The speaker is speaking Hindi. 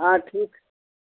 हाँ ठीक है